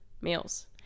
meals